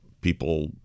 people